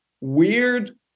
weird